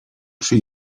przy